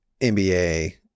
nba